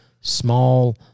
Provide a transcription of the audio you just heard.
small